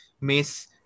Miss